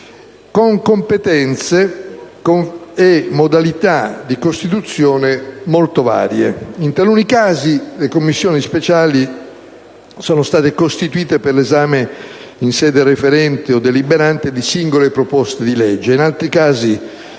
con competenze, modalità e costituzione molto varie. In taluni casi, le Commissioni speciali sono state costituite per l'esame in sede referente o deliberante di singole proposte di legge, in altri casi